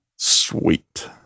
Sweet